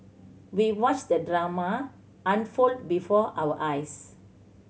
we watched the drama unfold before our eyes